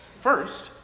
First